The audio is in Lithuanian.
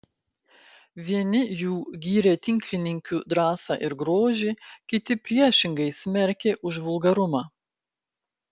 vieni jų gyrė tinklininkių drąsą ir grožį kiti priešingai smerkė už vulgarumą